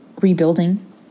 rebuilding